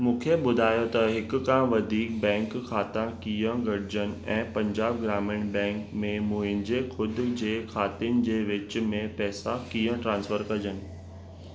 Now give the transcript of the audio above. मूंखे ॿुधायो त हिक खां वधीक बैंक खाता कीअं ॻंढिजनि ऐं पंजाब ग्रामीण बैंक में मुंहिंजे ख़द जे ख़ातनि जे विच में पैसा कीअं ट्रान्सफर कॼनि